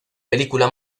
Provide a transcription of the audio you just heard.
película